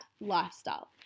lifestyle